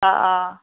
অ অ